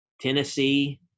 Tennessee